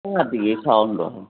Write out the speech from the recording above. ꯇꯥꯗꯤꯌꯦ ꯁꯥꯎꯟꯗꯣ